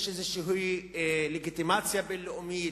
שיש איזו לגיטימציה בין-לאומית.